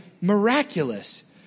miraculous